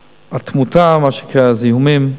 התמותה, מה שנקרא, מזיהומים,